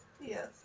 Yes